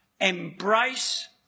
embrace